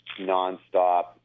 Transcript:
nonstop